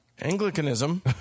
Anglicanism